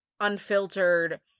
unfiltered